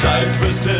Cyprus